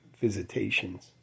visitations